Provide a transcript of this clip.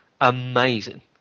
amazing